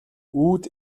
үүд